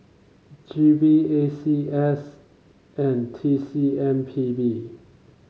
G V A C S and T C M P B